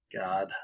God